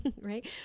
right